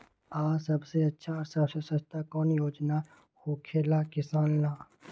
आ सबसे अच्छा और सबसे सस्ता कौन योजना होखेला किसान ला?